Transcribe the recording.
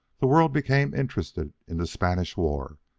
the world became interested in the spanish war,